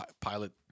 pilot